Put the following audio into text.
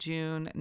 June